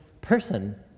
person